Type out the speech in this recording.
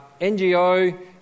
NGO